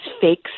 fake